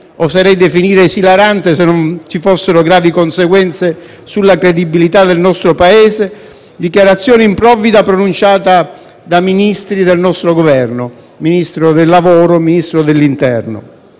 oserei definire esilarante se non ci fossero gravi conseguenze sulla credibilità del nostro Paese - pronunciata da Ministri del nostro Governo, Ministro del lavoro e Ministro dell'interno.